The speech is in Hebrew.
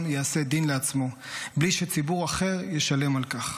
יעשה דין לעצמו בלי שציבור אחר ישלם על כך.